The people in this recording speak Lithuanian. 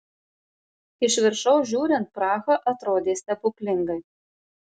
iš viršaus žiūrint praha atrodė stebuklingai